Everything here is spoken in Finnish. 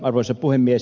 arvoisa puhemies